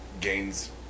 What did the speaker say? gains